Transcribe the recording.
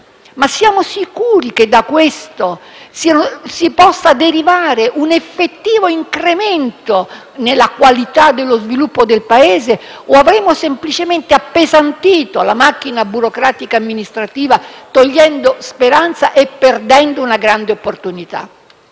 Siamo sicuri che da questo possa derivare un effettivo incremento nella qualità dello sviluppo del Paese o avremo semplicemente appesantito la nostra macchina burocratico-amministrativa, togliendo speranza e perdendo una grande opportunità?